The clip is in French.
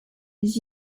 des